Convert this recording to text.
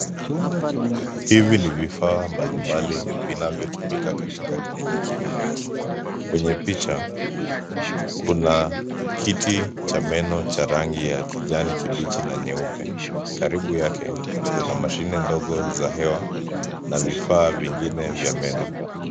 Hivi ni vifaa mbalimbali vinavyotumika katika kliniki ya meno, kwenye picha kuna kiti cha meno cha rangi ya kijani kibichi na nyeupe kribu yake kuna mashine ndogo za hewa na vifaa vingine vya meno.